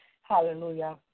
Hallelujah